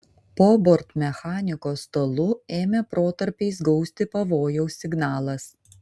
po bortmechaniko stalu ėmė protarpiais gausti pavojaus signalas